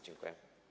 Dziękuję.